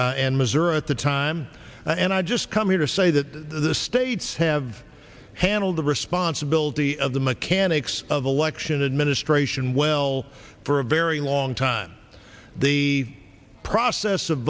in missouri at the time and i just come here to say that the states have handled the responsibility of the panics of election administration well for a very long time the process of